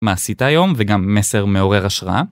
מה עשית היום וגם מסר מעורר השראה?